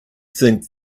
think